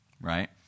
right